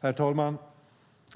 Herr talman!